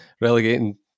relegating